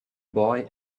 boy